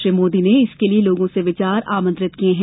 श्री मोदी ने इसके लिए लोगों से विचार आमंत्रित किये हैं